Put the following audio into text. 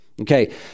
okay